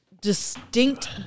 distinct